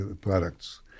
products